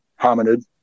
hominid